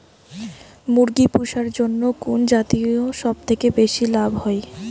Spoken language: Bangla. মুরগি পুষার জন্য কুন জাতীয় সবথেকে বেশি লাভ হয়?